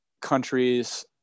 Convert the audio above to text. countries